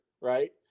right